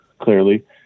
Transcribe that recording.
clearly